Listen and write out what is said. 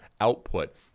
output